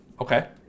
Okay